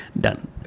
done